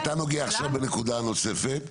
אוקיי, אתה נוגע עכשיו בנקודה נוספת,